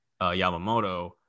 Yamamoto